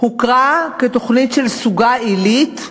הוכרה כתוכנית של סוגה עילית,